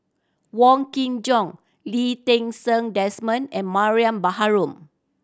Wong Kin Jong Lee Ti Seng Desmond and Mariam Baharom